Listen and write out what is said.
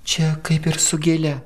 čia kaip ir su gėle